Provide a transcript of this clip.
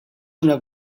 una